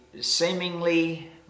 seemingly